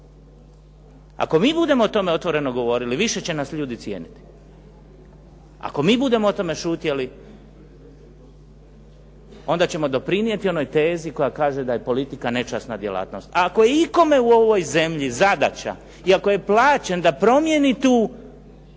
Ako mi budemo o tome otvoreno govorili, više će nas ljudi cijeniti. Ako mi budemo o tome šutjeli, onda ćemo doprinijeti onoj tezi koja kaže da je politika nečasna djelatnost. A ako je ikome u ovoj zemlji zadaća i ako je plaćen da promijeni tu